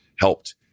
helped